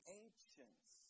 ancients